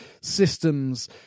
systems